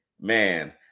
man